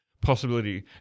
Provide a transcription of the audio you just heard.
possibility